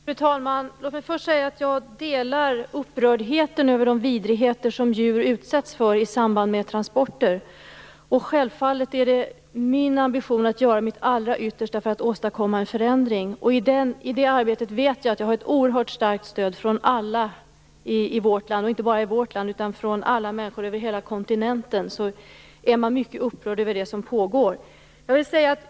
Fru talman! Låt mig först säga att jag delar upprördheten över de vidrigheter som djur utsätts för i samband med transporter. Självfallet är det min ambition att göra mitt allra yttersta för att åstadkomma en förändring. Jag vet att jag i det arbetet har ett oerhört starkt stöd från alla i vårt land. Det gäller dessutom inte bara från vårt land, utan man är från alla håll över hela kontinenten mycket upprörd över det som pågår.